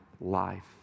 life